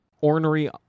Ornery